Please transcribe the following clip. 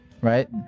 Right